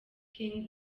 king